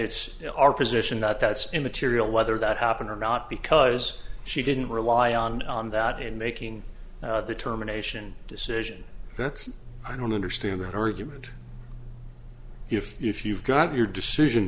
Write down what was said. it's our position that that's immaterial whether that happened or not because she didn't rely on that in making the terminations decision that's i don't understand that argument if if you've got your decision